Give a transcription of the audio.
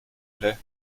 plaît